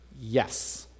Yes